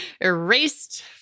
Erased